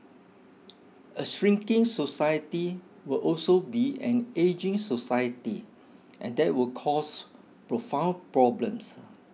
a shrinking society will also be an ageing society and that will cause profound problems